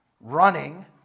running